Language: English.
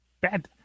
Bad